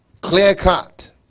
clear-cut